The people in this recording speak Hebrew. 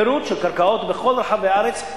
פירוט של קרקעות בכל רחבי הארץ,